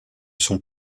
sont